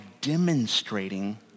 demonstrating